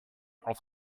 auf